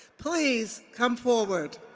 please come forward.